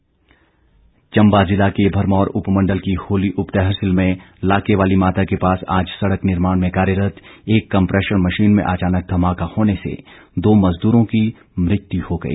हादसा चम्बा जिला के भरमौर उपमंडल की होली उप तहसील में लाके वाली माता के पास आज सड़क निर्माण में कार्यरत एक कम्प्रैशर मशीन में अचानक धमाका होने से दो मजदूरों की मृत्यु हो गई